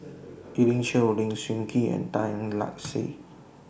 Elim Chew Lim Sun Gee and Tan Lark Sye